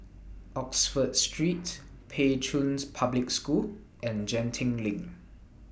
Oxford Street Pei Chun Public School and Genting LINK